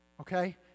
Okay